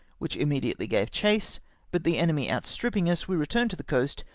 which immediately gave chase but the enemy outstripping us, we returned to the coast,